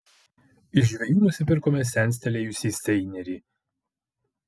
iš žvejų nusipirkome senstelėjusį seinerį